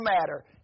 matter